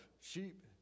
sheep